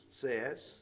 says